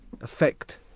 affect